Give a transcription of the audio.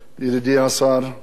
חברי חברי הכנסת,